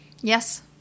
Yes